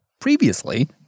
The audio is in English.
previously